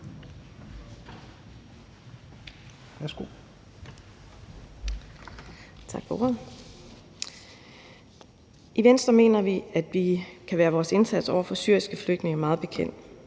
I Venstre mener vi, at vi kan være vores indsats over for syriske flygtninge bekendt.